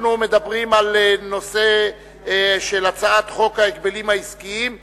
אנחנו מדברים על הצעת חוק ההגבלים העסקיים (תיקון,